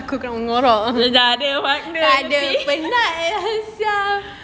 aku akan mengarut kau takde partner ke tepi